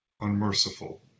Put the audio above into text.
unmerciful